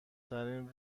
ترین